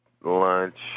lunch